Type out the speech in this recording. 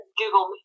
google